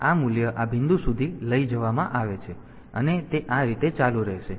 તેથી આ મૂલ્ય આ બિંદુ સુધી લઈ જવામાં આવે છે અને તે આ રીતે ચાલુ રહેશે